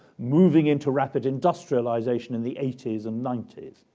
moving into rapid industrialization in the eighty s and ninety s.